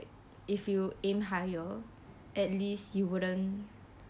if you aim higher at least you wouldn't